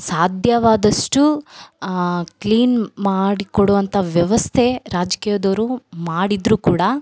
ಸಾಧ್ಯವಾದಷ್ಟು ಕ್ಲೀನ್ ಮಾಡಿಕೊಡೋ ಅಂಥ ವ್ಯವಸ್ಥೆ ರಾಜಕೀಯದೊರು ಮಾಡಿದ್ರು ಕೂಡ